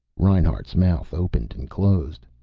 reinhart's mouth opened and closed.